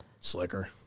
slicker